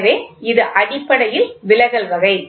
எனவே இது அடிப்படையில் விலகல் வகை